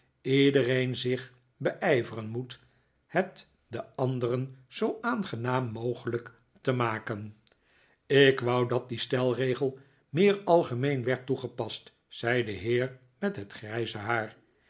iedereen zich beijveren moet het de anderen zoo aangenaam mogelijk te maken ik wou dat die stelregel meer algemeen werd toegepast zei de heer met het grijze haar